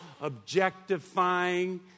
objectifying